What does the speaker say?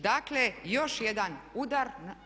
Dakle, još jedan udar.